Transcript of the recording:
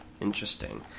interesting